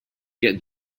get